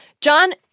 John